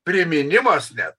priminimas net